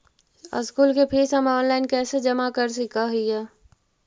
School के fees हम online कैसे जमा कर सक हिय?